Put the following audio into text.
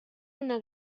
una